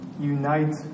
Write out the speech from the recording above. Unite